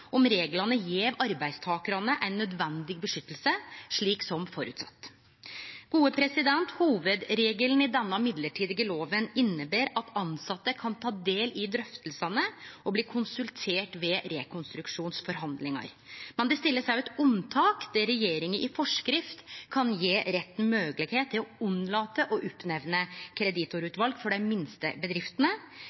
om reglane gjev arbeidstakarane eit nødvendig vern, slik som føresett. Hovudregelen i denne midlertidige loven inneber at tilsette kan ta del i drøftingane og bli konsulterte ved rekonstruksjonsforhandlingar. Men det blir òg stilt eit unntak der regjeringa i forskrift kan gje retten moglegheit til å unnlate å nemne opp kreditorutval for dei minste bedriftene.